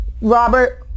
Robert